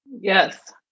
Yes